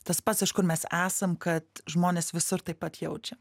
tas pats iš kur mes esam kad žmonės visur taip pat jaučia